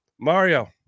Mario